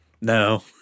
No